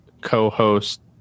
co-host